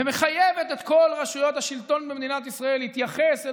ומחייבת את כל רשויות השלטון במדינת ישראל להתייחס אל